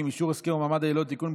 (אישור הסכם ומעמד היילוד) (תיקון,